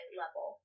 level